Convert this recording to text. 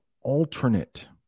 alternate